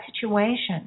situation